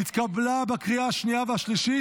התקבלה בקריאה השנייה והשלישית,